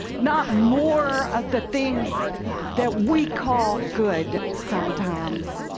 not more of the things that we call good sometimes.